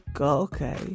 okay